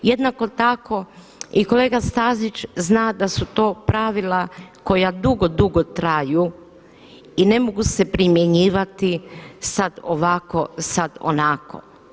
Jednako tako i kolega Stazić zna da su to pravila koja dugo, dugo traju i ne mogu se primjenjivati sad ovako sad onako.